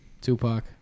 Tupac